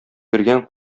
кергән